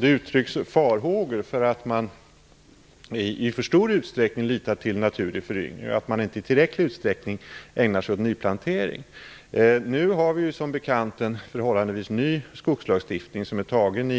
Det uttrycks farhågor för att man i för stor utsträckning litar till naturlig föryngring och att man inte i tillräcklig utsträckning ägnar sig åt nyplantering. Nu har vi som bekant en förhållandevis ny skogslagstiftning som är antagen